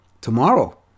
tomorrow